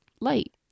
light